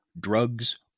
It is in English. drugs